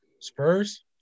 Spurs